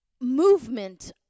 movement